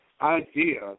idea